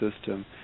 system